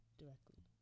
directly